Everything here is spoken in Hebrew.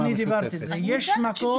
יש מקום